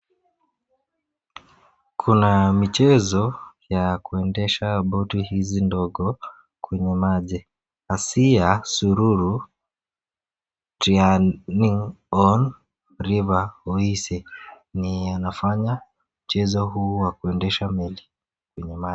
Kuna michezo ya kuendesha boti hizi ndogo kwenye maji Asiya Sururu triaining on River Oise ni inafanya mchezo huu wa kuendesha meli kwenye maji.